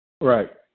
Right